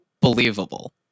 believable